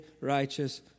righteous